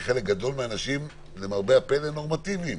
כי חלק גדול מהאנשים, למרבה הפלא, נורמטיביים.